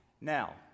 Now